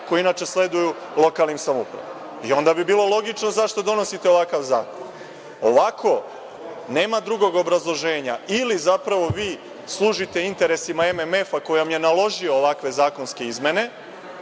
koje inače sleduju lokalnim samoupravama i onda bi bilo logično zašto donosite ovakav zakon. Ovako, nema drugog obrazloženja ili zapravo vi služite interesima MMF-a, koji vam je naložio ovakve zakonske izmene